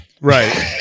Right